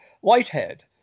Whitehead